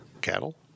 cattle